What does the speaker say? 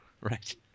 Right